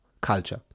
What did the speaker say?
culture